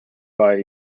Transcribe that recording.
buy